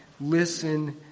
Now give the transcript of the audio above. listen